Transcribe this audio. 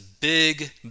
big